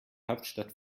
hauptstadt